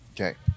Okay